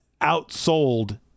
outsold